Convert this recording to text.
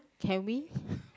can we